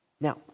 Now